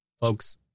folks